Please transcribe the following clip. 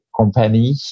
company